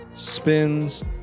spins